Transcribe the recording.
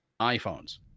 iPhones